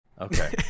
Okay